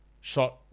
Shot